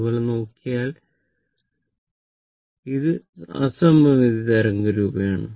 അതുപോലെ നോക്കിയാൽ നോക്കുകയാണെങ്കിൽ ഇത് അസമമിതി തരംഗമാണ്